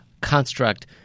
construct